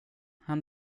han